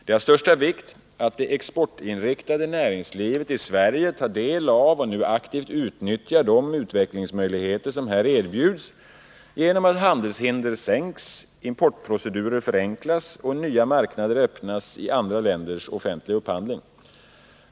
Det är av största vikt att det exportinriktade näringslivet i Sverige tar del av och nu aktivt utnyttjar de utvecklingsmöjligheter som här erbjuds genom att handelshinder sänks, importprocedurer förenklas och nya marknader öppnas i andra länders offentliga upphandling.